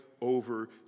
over